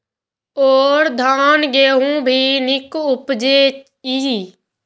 और धान गेहूँ भी निक उपजे ईय?